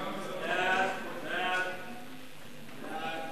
חוק בתי-המשפט (תיקון מס' 62),